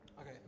Okay